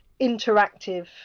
interactive